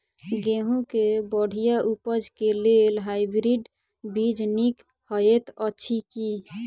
गेंहूँ केँ बढ़िया उपज केँ लेल हाइब्रिड बीज नीक हएत अछि की?